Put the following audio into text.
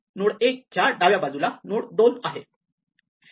node 1 च्या उजव्या बाजूला नोड 2 आहे